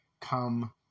come